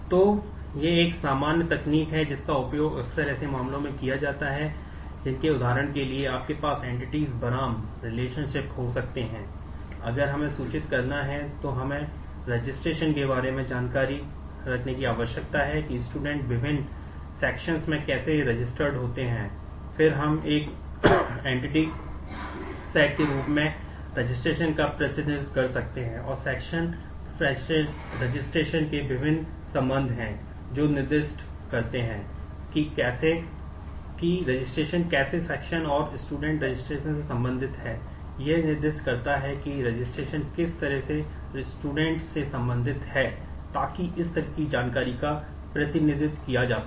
तो यह एक सामान्य तकनीक है जिसका उपयोग अक्सर ऐसे मामलों में किया जाता है जिनके उदाहरण के लिए आपके पास एन्टीटीस से संबंधित है ताकि इस तरह की जानकारी का प्रतिनिधित्व किया जा सके